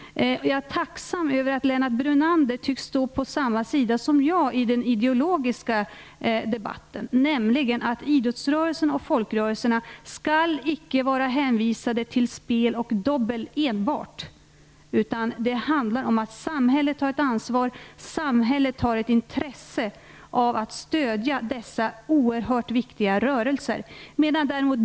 Jag är tacksam över att Lennart Brunander tycks stå på samma sida som jag i den ideologiska debatten och anse att idrottsrörelsen och folkrörelserna icke skall vara hänvisade enbart till spel och dobbel. Det handlar om att samhället tar ett ansvar för och har ett intresse av att stödja dessa oerhört viktiga rörelser.